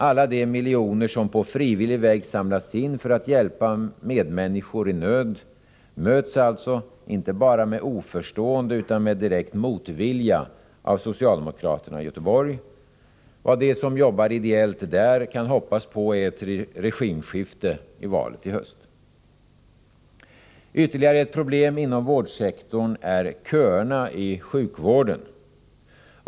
Alla de miljoner som på frivillig väg samlas in för att hjälpa medmänniskor i nöd möts alltså inte bara med oförstående utan också med direkt motvilja av socialdemokraterna i Göteborg. Vad de som jobbar ideellt där kan hoppas på är ett regimskifte i samband med valet i höst. Ytterligare ett problem inom vårdsektorn är köerna i sjukvården.